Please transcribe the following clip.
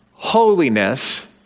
Holiness